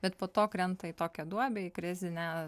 bet po to krenta į tokią duobę į krizinę